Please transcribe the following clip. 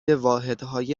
واحدهای